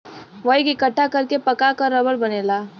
वही के इकट्ठा कर के पका क रबड़ बनेला